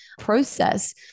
process